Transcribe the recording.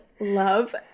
love